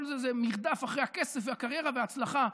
זה מרדף אחרי הכסף והקריירה והצלחה.